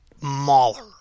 mauler